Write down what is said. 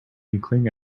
inkling